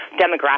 demographic